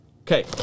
Okay